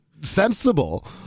sensible